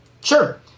Sure